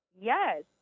yes